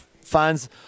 fans